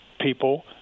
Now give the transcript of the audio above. people